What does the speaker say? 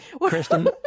Kristen